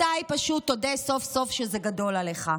מתי פשוט תודה סוף-סוף שזה גדול עליך,